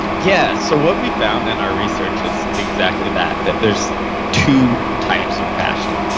yeah. so, what we found in our research is exactly that, that there's two types of passion,